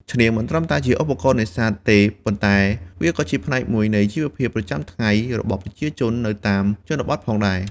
ឈ្នាង មិនត្រឹមតែជាឧបករណ៍នេសាទទេ ប៉ុន្តែវាក៏ជាផ្នែកមួយនៃជីវភាពប្រចាំថ្ងៃរបស់ប្រជាជននៅតាមជនបទផងដែរ។